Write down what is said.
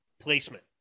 placement